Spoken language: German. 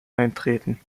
eintreten